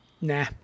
Nah